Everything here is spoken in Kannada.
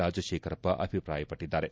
ರಾಜಶೇಖರಪ್ಪ ಅಭಿಪ್ರಾಯಪಟ್ಟಿದ್ದಾರೆ